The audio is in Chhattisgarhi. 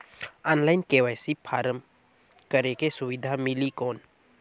ऑनलाइन के.वाई.सी फारम करेके सुविधा मिली कौन?